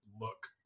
look